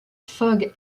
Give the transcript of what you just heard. fogg